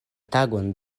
tagon